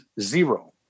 zero